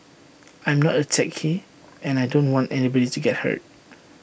I am not A techie and I don't want anybody to get hurt